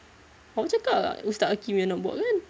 awak cakap ustaz hakeem yang nak buatkan